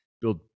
build